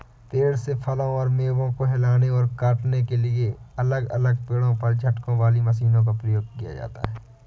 पेड़ से फलों और मेवों को हिलाने और काटने के लिए अलग अलग पेड़ पर झटकों वाली मशीनों का उपयोग किया जाता है